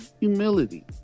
humility